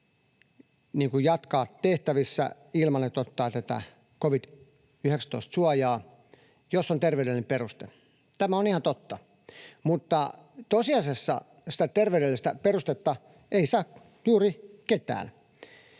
jatkaa tehtävissään ilman, että ottaa tätä covid-19-suojaa, siis jos on terveydellinen peruste. Tämä on ihan totta, mutta tosiasiassa sitä terveydellistä perustetta ei saa juuri kukaan.